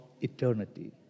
Eternity